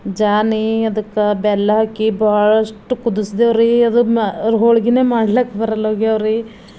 ಜಾನಿ ಅದಕ್ಕೆ ಬೆಲ್ಲ ಹಾಕಿ ಭಾಳಷ್ಟು ಕುದಿಸಿದೇವ್ರೀ ಅದು ಹೋಳಿಗೆನೇ ಮಾಡ್ಲಾಕ ಬರಲೋಗ್ಯವ್ರೀ